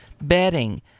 bedding